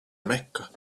mecca